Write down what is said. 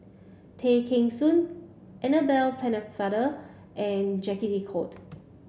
Tay Kheng Soon Annabel Pennefather and Jacques de Coutre